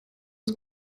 ist